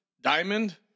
diamond